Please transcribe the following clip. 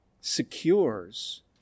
secures